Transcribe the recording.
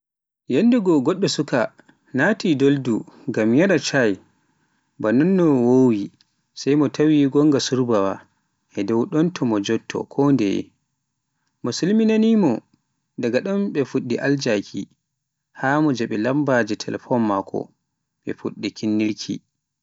Yanndego goɗɗo suuka, nati doldu, ngam yara cay ba nonno o wowi, sai mo tawai gonga surbaawa e dow ɗonto mo jotto kondeye, mo silminani mo, daga ɗon ɓe feɗɗi aljaki haa mo jaabi lambaje telpon maako, ɓe fuɗɗa hinnrki.